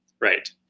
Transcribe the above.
right